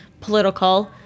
political